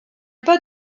pas